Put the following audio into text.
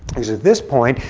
because at this point,